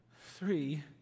three